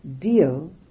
deal